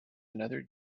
another